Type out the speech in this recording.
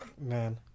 man